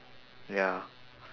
ya